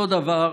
אותו דבר,